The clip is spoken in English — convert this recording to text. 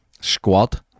squad